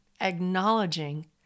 acknowledging